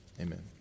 Amen